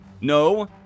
No